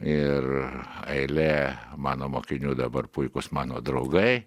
ir eilė mano mokinių dabar puikūs mano draugai